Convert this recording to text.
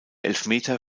elfmeter